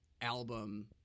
album